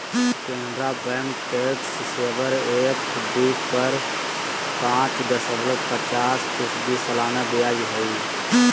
Canara bank tax saver FD पर पाच दशमलब पचास फीसदी सालाना ब्याज हइ